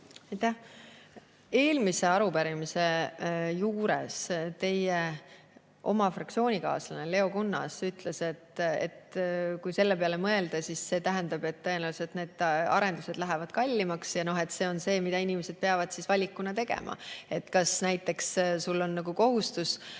Eelmise arupärimise juures teie oma fraktsioonikaaslane Leo Kunnas ütles, et kui selle peale mõelda, siis see tähendab, et tõenäoliselt need arendused lähevad kallimaks. See on see valik, mille inimesed peavad tegema. Kui sul on kohustus, siis